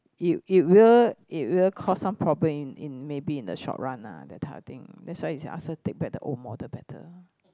it it will it will cause some problem in in maybe in the short run ah that type of thing that's why ask her take back the old model better